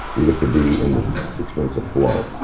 you get to be in the experience of flow.